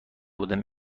بودم